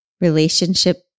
relationship